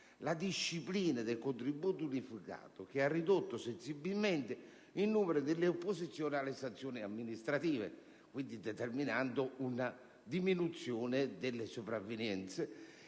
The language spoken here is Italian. la disciplina del contributo unificato, che ha ridotto sensibilmente il numero delle opposizioni alle sanzioni amministrative, determinando una diminuzione delle sopravvenienze